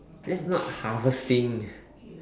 that's not harvesting